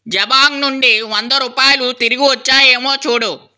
జబాంగ్ నుండి వంద రూపాయలు తిరిగివచ్చాయేమో చూడు